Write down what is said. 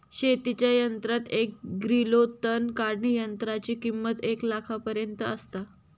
शेतीच्या यंत्रात एक ग्रिलो तण काढणीयंत्राची किंमत एक लाखापर्यंत आसता